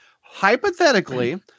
Hypothetically